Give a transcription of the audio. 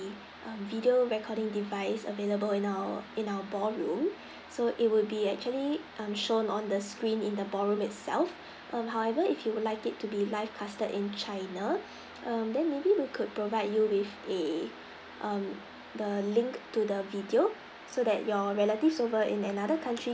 mm video recording device available in our in our ballroom so it would be actually um shown on the screen in the ballroom itself um however if you would like it to be live casted in china um then maybe we could provide you with the um the link to the video so that your relatives over in another country